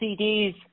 CDs